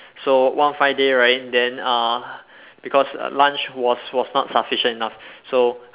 so one fine day right then uh because lunch was was not sufficient enough so